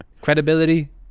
Credibility